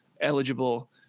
eligible